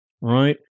right